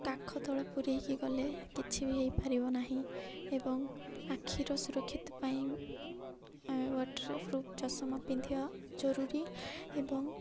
କାଖ ତଳେ ପୁରେଇକି ଗଲେ କିଛି ବି ହେଇପାରିବ ନାହିଁ ଏବଂ ଆଖିର ସୁରକ୍ଷିତ ପାଇଁ ୱାଟରପ୍ରୁଫ୍ ଚଷମା ପିନ୍ଧିବା ଜରୁରୀ ଏବଂ